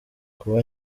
kuba